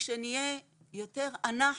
כשנהיה יותר "אנחנו",